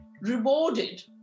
rewarded